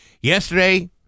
Yesterday